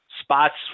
spots